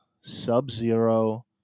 Sub-Zero